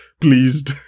pleased